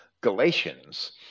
Galatians